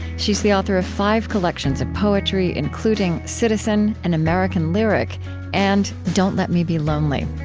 she is the author of five collections of poetry including citizen an american lyric and don't let me be lonely.